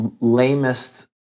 lamest